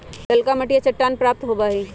ललका मटिया चट्टान प्राप्त होबा हई